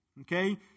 Okay